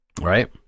Right